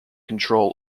control